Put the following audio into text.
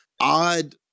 odd